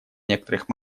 некоторых